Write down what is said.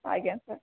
ଆଜ୍ଞା ସାର୍